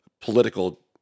political